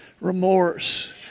Remorse